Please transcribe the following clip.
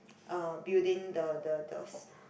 uh building the the the